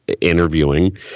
interviewing